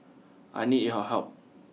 I need your help